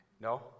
No